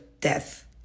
death